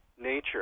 nature